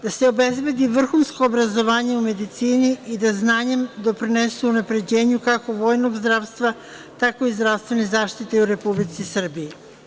Da se obezbedi vrhunsko obrazovanje u medicini i da znanjem doprinesu unapređenju, kako vojnog zdravstva, tako i zdravstvene zaštite u Republici Srbiji.